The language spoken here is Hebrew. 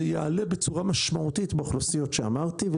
יעלה בצורה משמעותית באוכלוסיות שאמרתי.